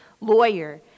lawyer